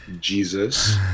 Jesus